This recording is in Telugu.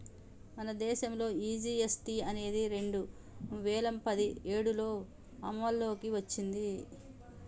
మన దేసంలో ఈ జీ.ఎస్.టి అనేది రెండు వేల పదిఏడులో అమల్లోకి ఓచ్చింది